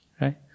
Right